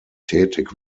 tätig